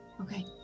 Okay